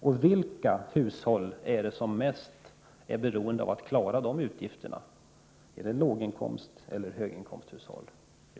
Och vilka hushåll är det som är mest beroende av att klara de utgifterna — är det låginkomsteller höginkomsthushållen?